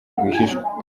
rwihishwa